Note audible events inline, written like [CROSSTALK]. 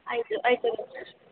ಆಯಿತು ಆಯ್ತು [UNINTELLIGIBLE]